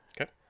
Okay